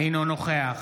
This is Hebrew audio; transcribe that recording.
אינו נוכח